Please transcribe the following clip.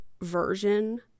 version